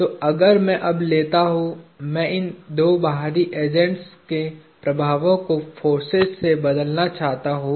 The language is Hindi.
तोअगर मैं अब लेता हूँ मैं इन दो बाहरी एजेंट्स के प्रभावों को फोर्सेज से बदलना चाहता हूं